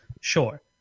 sure